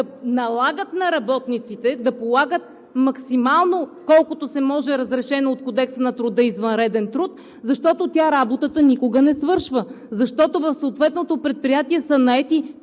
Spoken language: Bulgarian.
налагат на работниците да полагат максимално, колкото се може разрешен от Кодекса на труда извънреден труд, защото тя работата никога не свършва, защото в съответното предприятие са наети